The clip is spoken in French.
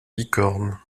bicorne